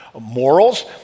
morals